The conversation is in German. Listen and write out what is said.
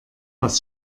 was